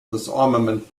disarmament